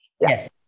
Yes